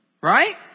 Right